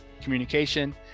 communication